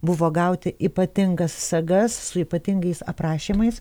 buvo gauti ypatingas sagas su ypatingais aprašymais